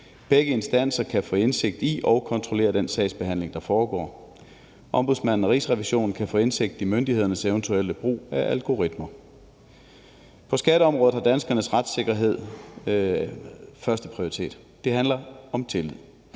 Begge instanser kan få indsigt i og kontrollere den sagsbehandling, der foregår. Ombudsmanden og Rigsrevisionen kan få indsigt i myndighedernes eventuelle brug af algoritmer. På skatteområdet har danskernes retssikkerhed førsteprioritet. Det handler om tillid.